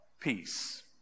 peace